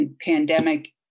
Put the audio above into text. pandemic